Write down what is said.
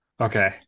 Okay